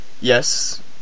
Yes